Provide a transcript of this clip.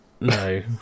no